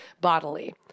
bodily